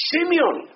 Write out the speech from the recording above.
Simeon